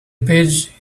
page